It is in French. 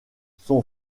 son